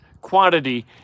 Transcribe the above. quantity